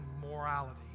morality